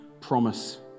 promise